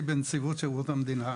בנציבות שירות המדינה